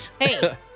Hey